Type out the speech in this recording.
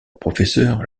professeur